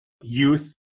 youth